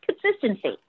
Consistency